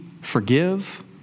forgive